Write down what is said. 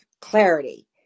clarity